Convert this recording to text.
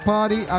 Party